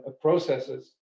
processes